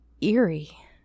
eerie